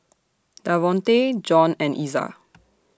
Davonte John and Iza